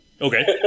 Okay